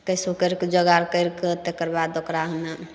कयसहुँ करिकऽ जोगार करिकऽ तकर ओकरा हीयाँ